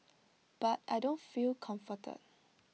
but I don't feel comforted